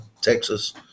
Texas